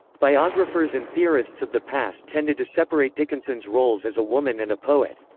biographers and theorists of the past tended to separate dickinson's roles as a woman and a poet.